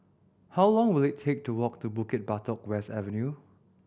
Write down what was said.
how long will it take to walk to Bukit Batok West Avenue